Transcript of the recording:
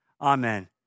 Amen